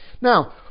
now